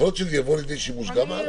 יכול להיות שזה יבוא לידי שימוש גם הלאה.